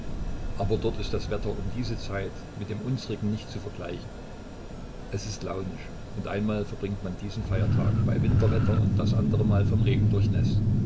aber dort ist das wetter um diese zeit mit dem unsrigen nicht zu vergleichen es ist launisch und einmal verbringt man diesen feiertag bei winterwetter das anderemal vom regen durchnäßt